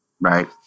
Right